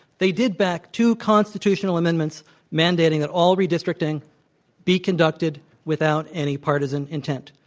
they did back two constitutional amendments mandating that all redistricting be conducted without any partisan intent.